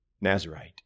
Nazarite